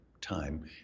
time